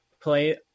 play